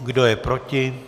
Kdo je proti?